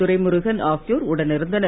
துரைமுருகன் ஆகியோர் உடன் இருந்தனர்